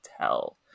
tell